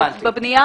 בבנייה,